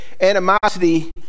animosity